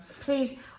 Please